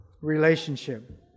relationship